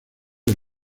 del